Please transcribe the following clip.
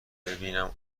ببینم